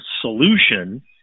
solution